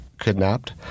kidnapped